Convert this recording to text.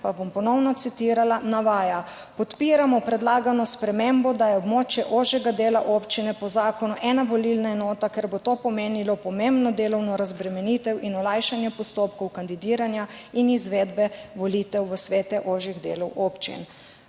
bom ponovno citirala, navaja: »Podpiramo predlagano spremembo, da je območje ožjega dela občine po zakonu ena volilna enota, ker bo to pomenilo pomembno delovno razbremenitev in olajšanje postopkov kandidiranja in izvedbe volitev v svete ožjih delov občin.«